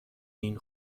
این